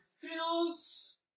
field's